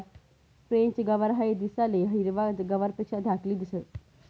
French गवार हाई दिसाले हिरवा गवारपेक्षा धाकली दिसंस